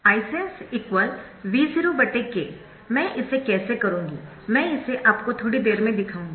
IsenseV0 k मैं इसे कैसे करूंगी मैं इसे आपको थोड़ी देर में दिखाऊंगी